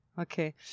Okay